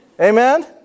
Amen